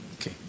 Okay